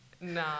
Nah